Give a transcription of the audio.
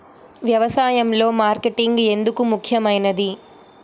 వ్యసాయంలో మార్కెటింగ్ ఎందుకు ముఖ్యమైనది?